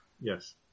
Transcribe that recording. Yes